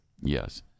Yes